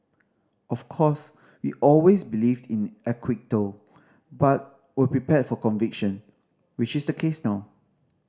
of course we always believed in acquittal but were prepared for conviction which is the case now